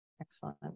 Excellent